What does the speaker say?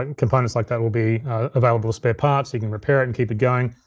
and components like that will be available as spare parts. you can repair it and keep it going.